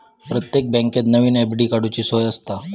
प्रत्येक बँकेत नवीन एफ.डी काडूची सोय आसता